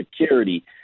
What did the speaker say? security